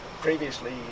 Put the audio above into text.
previously